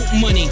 money